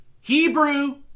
Hebrew